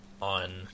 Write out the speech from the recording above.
on